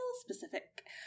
specific